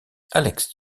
alex